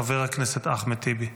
חבר הכנסת אחמד טיבי.